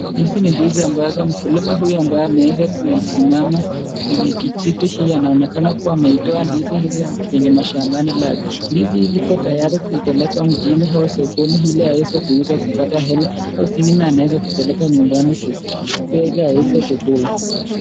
Hizi ni ndizi ambazo mkulima huyu ambaye ameweza kuisimama kwenye kijiti hii anaonekana kuwa ameitoa ndizi hizi kwenye mashambani lake. Ndizi hii iko tayari kuipelekwa mjini au sokoni ili aweze kuuza kupata hela ,nazo zingine anaweza kupeleka nyumbani ili aweze kukula.